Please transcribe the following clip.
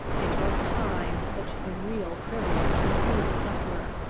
it was time that the real criminal should be the sufferer,